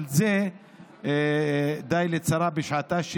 אבל די לצרה בשעתה.